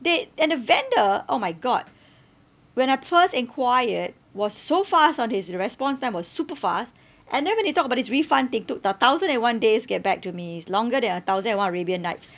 they and the vendor oh my god when I first inquired it was so fast on his his response time was super fast and then when you talk about this refund thing took a thousand and one days to get back to me it's longer than a thousand and one arabian nights